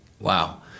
Wow